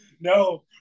No